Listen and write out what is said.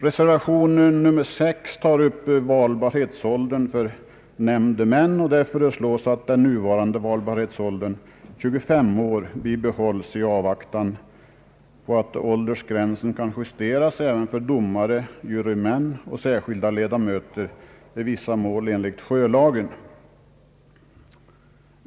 Reservation nr 6 tar upp valbarhetsåldern för nämndemän, och där föreslås att den nuvarande valbarhetsåldern 25 år bibehålles i avvaktan på att åldersgränsen kan justeras även för domare, jurymän och särskilda ledamöter i vissa mål enligt sjölagen.